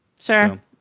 Sure